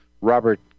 Robert